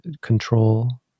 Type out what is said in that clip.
control